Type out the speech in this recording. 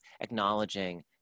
acknowledging